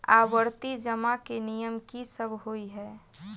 आवर्ती जमा केँ नियम की सब होइ है?